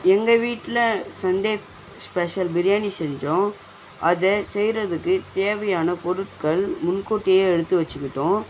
எங்கள் வீட்டில் Sunday special biryani செஞ்சோம் அதை செய்யுறதுக்கு தேவையான பொருட்கள் முன்கூட்டியே எடுத்து வச்சுக்கிட்டோம்